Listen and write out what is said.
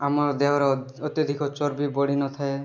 ଆମର ଦେହର ଅତ୍ୟଧିକ ଚର୍ବି ବଢ଼ିନଥାଏ